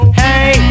hey